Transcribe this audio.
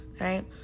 Right